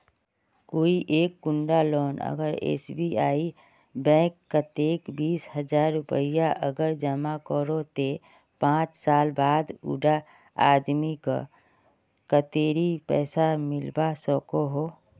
कोई एक कुंडा लोग अगर एस.बी.आई बैंक कतेक बीस हजार रुपया अगर जमा करो ते पाँच साल बाद उडा आदमीक कतेरी पैसा मिलवा सकोहो?